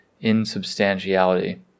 insubstantiality